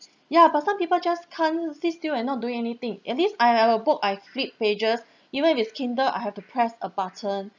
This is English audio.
ya but some people just can't sit still and not doing anything at least I have a book I flip pages even if kindle I have to press a button